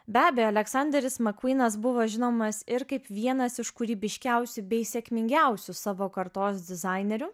be abejo aleksanderis mcquenas buvo žinomas ir kaip vienas iš kūrybiškiausių bei sėkmingiausių savo kartos dizainerių